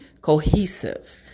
cohesive